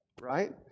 Right